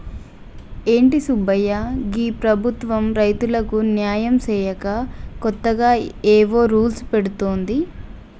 ఏంటి సుబ్బయ్య గీ ప్రభుత్వం రైతులకు న్యాయం సేయక కొత్తగా ఏవో రూల్స్ పెడుతోంది